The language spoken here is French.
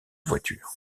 voiture